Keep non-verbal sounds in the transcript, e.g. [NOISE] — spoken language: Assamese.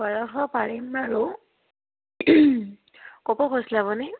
[UNINTELLIGIBLE] পাৰিম বাৰু ক'ৰ পৰা কৈছিলে আপুনি